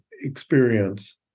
experience